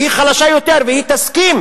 היא תסכים,